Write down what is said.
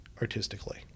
artistically